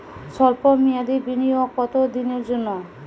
সল্প মেয়াদি বিনিয়োগ কত দিনের জন্য?